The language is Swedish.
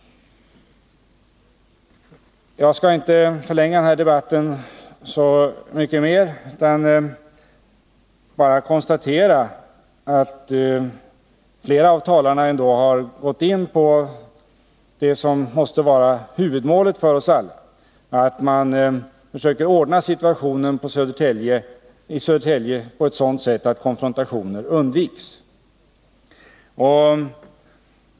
Jag skall inte förlänga den här debatten mycket mer utan bara konstatera att flera av talarna gått in på det som måste vara huvudmålet för oss alla, nämligen att försöka ordna situationen i Södertälje på ett sådant sätt att konfrontationer undviks.